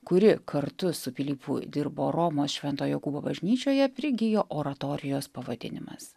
kuri kartu su pilypu dirbo romos švento jokūbo bažnyčioje prigijo oratorijos pavadinimas